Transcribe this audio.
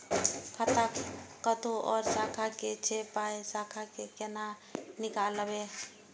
खाता कतौ और शाखा के छै पाय ऐ शाखा से कोना नीकालबै?